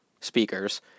speakers